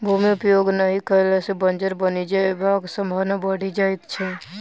भूमि उपयोग नहि कयला सॅ बंजर बनि जयबाक संभावना बढ़ि जाइत छै